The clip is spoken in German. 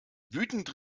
wütend